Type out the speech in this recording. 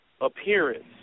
Appearance